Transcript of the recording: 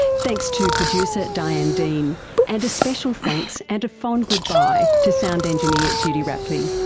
thanks to producer diane dean and a special thanks and a fond goodbye to sound engineer judy rapley.